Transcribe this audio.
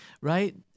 right